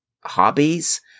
hobbies